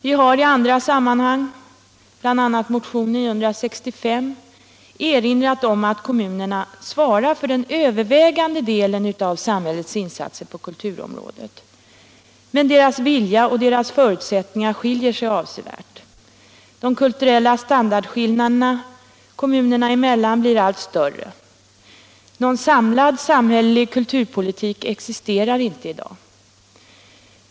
Vi har i annat sammanhang, bl.a. i motionen 965, erinrat om att kommunerna i dag svarar för den övervägande delen av samhällets insatser på kulturområdet. Men deras vilja och deras förutsättningar skiljer sig avsevärt. De kulturella standardskillnaderna kommunerna emellan blir allt större. Någon samlad samhällelig kulturpolitik existerar inte.